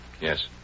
Yes